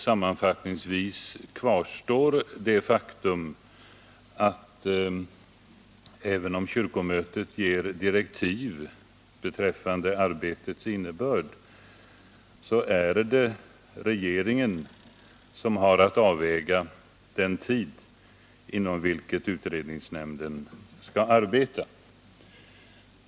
Sammanfattningsvis kvarstår det faktum att även om kyrkomötet ger direktiv beträffande arbetets innebörd så är det regeringen som har att bestämma den tid inom vilken utredningsnämnden skall avsluta sitt arbete.